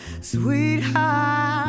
sweetheart